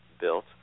built